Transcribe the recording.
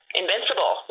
invincible